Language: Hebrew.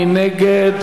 מי נגד?